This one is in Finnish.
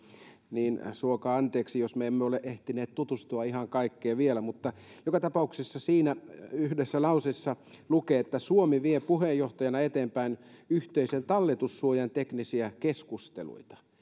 niin että suokaa anteeksi jos me emme ole ehtineet tutustua ihan kaikkeen vielä joka tapauksessa siinä yhdessä lauseessa lukee että suomi vie puheenjohtajana eteenpäin yhteisen talletussuojan teknisiä keskusteluita